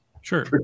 Sure